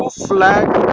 flag